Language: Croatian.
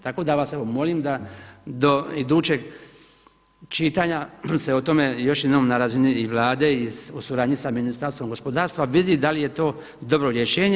Tako da vas evo molim da do idućeg čitanja se o tome još jednom i na razini i Vlade i u suradnji sa Ministarstvom gospodarstva vidi da li je to dobro rješenje.